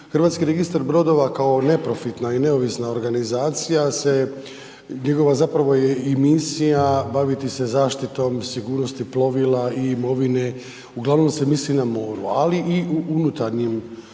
zakona. Međutim, HBR kao neprofitna i neovisna organizacija se, njegova zapravo je i misija baviti se zaštitom i sigurnosti plovila i imovine, uglavnom se misli na moru ali i u unutarnjim, na